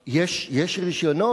יש רשיונות?